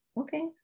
Okay